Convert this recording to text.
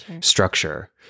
structure